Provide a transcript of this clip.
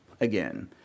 again